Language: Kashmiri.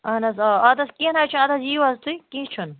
اہن حظ آ اَدٕ حظ کیٚنٛہہ نَہ حظ چھُنہٕ ادٕ حظ ییُو حظ تُہۍ کیٚنٛہہ چھُنہٕ